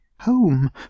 Home